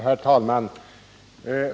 Herr talman!